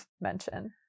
mention